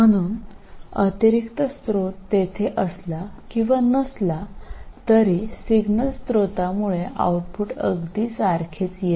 म्हणून अतिरिक्त स्त्रोत तेथे असला किंवा नसला तरी सिग्नल स्त्रोतामुळे आउटपुट अगदी सारखेच येते